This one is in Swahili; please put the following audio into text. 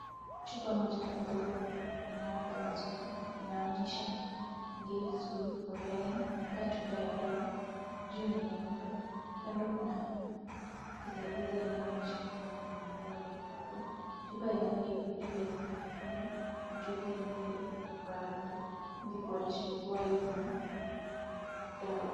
Chupa moja kadogo inayoweka kakasuku. Inaonyesha ' Ngiri sugu for hernia '. Inakaa chupa ya dawa, juu ni nyeupe. Kando kuna giza giza inaonyesha kuwa kuna madawa juu hapo. Chupa yenyewe iko juu ya kitu nyekundu na chupa yenyewe imepakwa rangi ili kuonyesha kuwa iko na dawa.